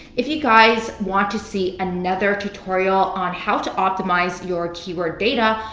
if you guys want to see another tutorial on how to optimize your keyword data,